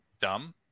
dumb